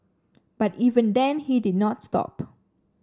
but even then he did not stop